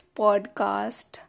podcast